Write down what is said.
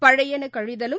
பழையனகழிதலும்